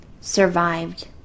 survived